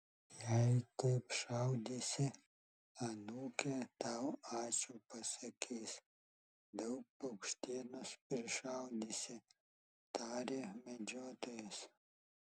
jei taip šaudysi anūkė tau ačiū pasakys daug paukštienos prišaudysi tarė medžiotojas